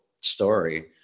story